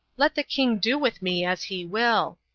let the king do with me as he will.